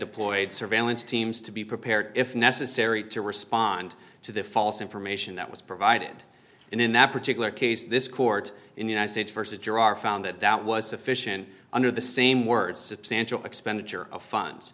deployed surveillance teams to be prepared if necessary to respond to the false information that was provided and in that particular case this court in united states versus gerar found that that was sufficient under the same words substantial expenditure of funds